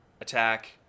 attack